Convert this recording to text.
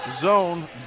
Zone